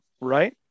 Right